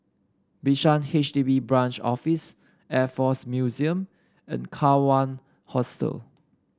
Bishan DB Branch Office Air Force Museum and Kawan Hostel